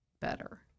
better